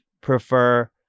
prefer